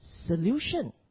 solution